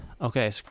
Okay